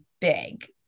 big